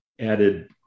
added